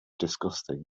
disgusting